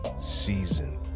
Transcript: Season